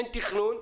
אין תכנון.